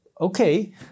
Okay